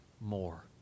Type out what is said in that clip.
more